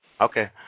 Okay